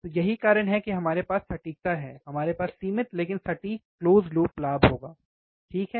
तो यही कारण है कि हमारे पास सटीकता है हमारे पास सीमित लेकिन सटीक क्लोज़ लूप लाभ होगा ठीक है